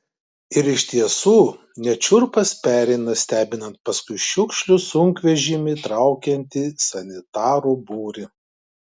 ir iš tiesų net šiurpas pereina stebint paskui šiukšlių sunkvežimį traukiantį sanitarų būrį